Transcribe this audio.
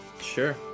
Sure